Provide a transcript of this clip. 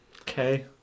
Okay